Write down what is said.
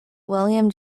william